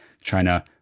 China